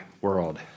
world